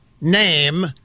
name